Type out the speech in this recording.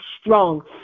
strong